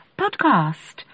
podcast